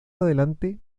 adelante